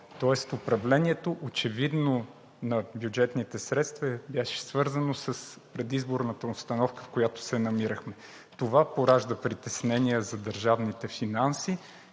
управлението на бюджетните средства беше свързано с предизборната обстановка, в която се намирахме. Това поражда притеснения за държавните финанси